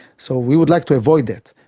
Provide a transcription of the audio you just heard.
so we would like to avoid that.